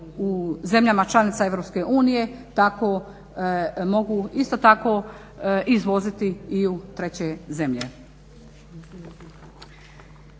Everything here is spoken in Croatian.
u zemljama članicama EU tako mogu isto tako izvoziti i u treće zemlje.